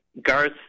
Garth